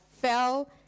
fell